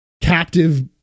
captive